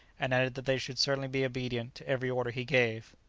and added that they should certainly be obedient to every order he gave.